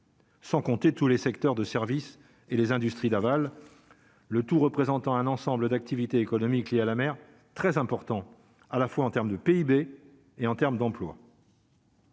Sans compter tous les secteurs de service et les industries navales, le tout représentant un ensemble d'activités économiques liées à la mer très important à la fois en termes de PIB et en termes d'emploi.